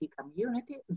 community